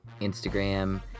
Instagram